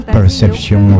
Perception